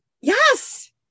Yes